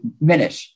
minute